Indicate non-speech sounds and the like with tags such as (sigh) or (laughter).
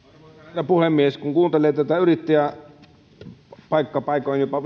herra puhemies kun kuuntelee tätä paikka paikoin jopa (unintelligible)